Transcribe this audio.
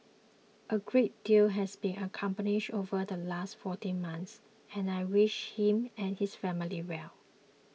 a great deal has been accomplished over the last fourteen months and I wish him and his family well